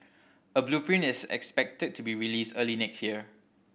a blueprint is expected to be released early next year